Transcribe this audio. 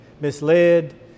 misled